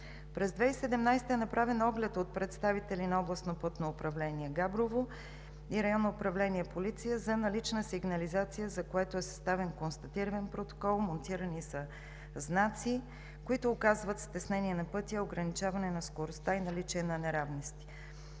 През 2017 г. е направен оглед от представители на Областно пътно управление – Габрово, и Районно управление „Полиция“ за налична сигнализация, за което е съставен констативен протокол, монтирани са знаци, които указват стеснение на пътя, ограничаване на скоростта и наличие на неравности.